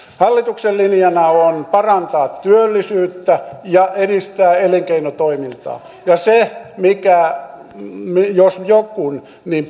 hallituksen linjana on parantaa työllisyyttä ja edistää elinkeinotoimintaa se jos joku